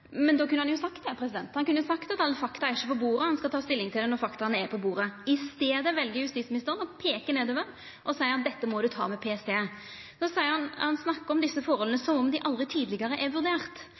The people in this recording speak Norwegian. Men då kunne han jo ha sagt det. Han kunne ha sagt at alle fakta er ikkje på bordet, og at han skal ta stilling til det når fakta er på bordet. I staden vel justisministeren å peika nedover og seia at dette må du ta med PST. Han snakkar om desse forholda